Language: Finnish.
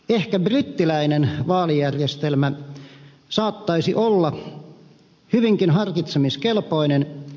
ehkä brittiläinen vaalijärjestelmä saattaisi olla hyvinkin harkitsemiskelpoinen